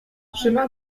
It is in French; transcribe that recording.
chemin